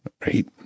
Right